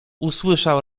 usłyszał